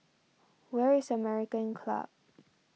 where is American Club